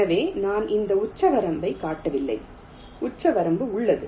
எனவே நான் இந்த உச்சவரம்பைக் காட்டவில்லை உச்சவரம்பு உள்ளது